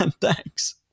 Thanks